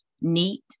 neat